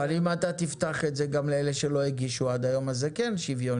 אבל אם אתה תפתח את זה גם לאלה שלא הגישו עדיין אז זה כן שוויוני.